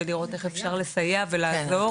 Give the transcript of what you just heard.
לראות כיצד ניתן לסייע ולעזור.